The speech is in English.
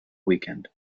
weekend